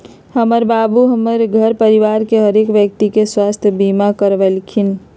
हमर बाबू हमर घर परिवार के हरेक व्यक्ति के स्वास्थ्य बीमा करबलखिन्ह